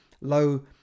low